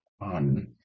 on